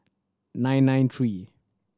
nine nine three